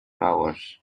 powers